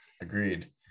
agreed